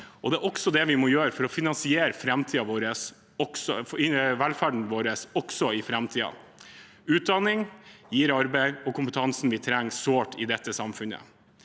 Det er også det vi må gjøre for å finansiere velferden vår, også i framtiden. Utdanning gir arbeid og kompetansen vi sårt trenger i dette samfunnet.